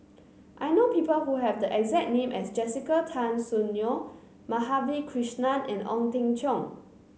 I know people who have the exact name as Jessica Tan Soon Neo Madhavi Krishnan and Ong Teng Cheong